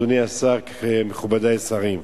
אדוני השר, מכובדי השרים,